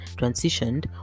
transitioned